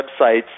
websites